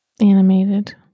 Animated